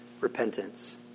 repentance